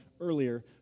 earlier